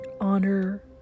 honor